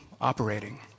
operating